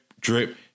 drip